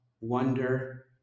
wonder